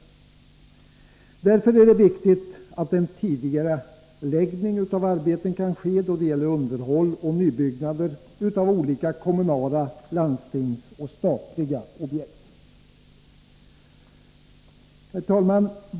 Av den anledningen är det viktigt att en tidigareläggning av arbeten kan ske då det gäller underhåll och nybyggnader av olika kommunala, landstingsoch statliga objekt. Herr talman!